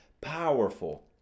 powerful